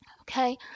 okay